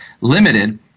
limited